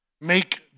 Make